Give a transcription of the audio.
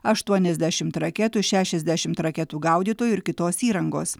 aštuoniasdešimt raketų šešiasdešimt raketų gaudytojų ir kitos įrangos